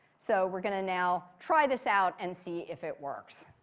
so we're going to now try this out and see if it works.